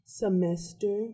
semester